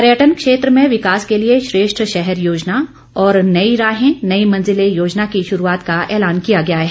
पर्यटन क्षेत्र में विकास के लिए श्रेष्ठ शहर योजना और नई राहें नई मंजिलें योजना की शुरूआत का ऐलान किया गया है